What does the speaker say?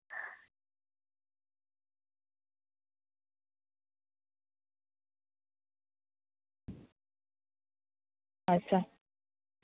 ᱟᱪᱪᱷᱟ